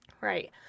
right